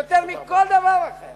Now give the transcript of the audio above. יותר מכל דבר אחר